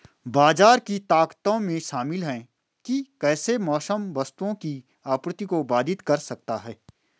बाजार की ताकतों में शामिल हैं कि कैसे मौसम वस्तुओं की आपूर्ति को बाधित कर सकता है